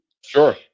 Sure